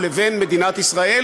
גם, נגד ראש הממשלה.